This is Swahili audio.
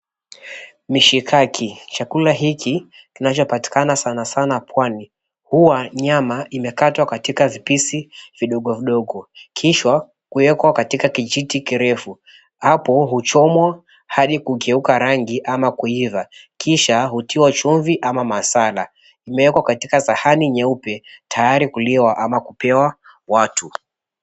Mishikaki, chakula hiki kinachopatikana sana sana Pwani huwa nyama imekatwa katika vipisi vidogo vidogo, kisha kuekwa katika kijiti kirefu. Hapo huchomwa hadi kugeuka rangi ama kuiva kisha hutiwa chumvi ama masala, vimewekwa katika sahani nyeupe tayari kuliwa ama kupewa watu.